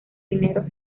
dinero